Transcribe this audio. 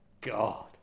god